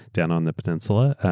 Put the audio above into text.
down on the peninsula,